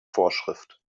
vorschrift